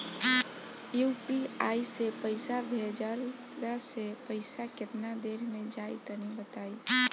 UPI से पईसा भेजलाऽ से पईसा केतना देर मे जाई तनि बताई?